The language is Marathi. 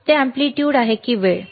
ते एम्पलीट्यूड आहे की वेळ